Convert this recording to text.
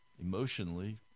emotionally